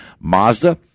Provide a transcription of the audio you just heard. Mazda